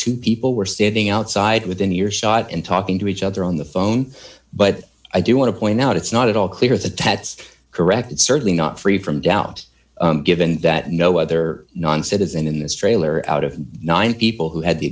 two people were standing outside within earshot and talking to each other on the phone but i do want to point out it's not at all clear the tatts corrected certainly not free from doubt given that no other non citizen in this trailer out of nine people who had the